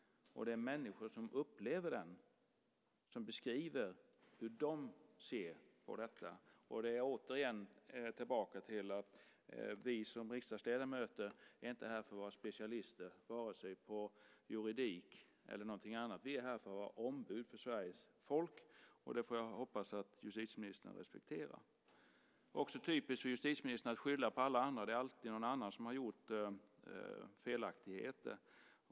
Det är människor som upplever den och som beskriver hur de ser på detta. Återigen: Vi riksdagsledamöter är inte här för att vara specialister vare sig på juridik eller på någonting annat, utan vi är här som ombud för Sveriges folk. Det hoppas jag att justitieministern respekterar. Vidare är det typiskt för justitieministern att skylla på alla andra. Det är alltid någon annan som har gjort fel.